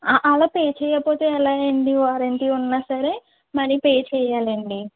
అలా పే చేయకపోతే ఎలా అండి వారంటీ ఉన్నా సరే మనీ పే చేయాలండి